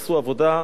מהפכנית,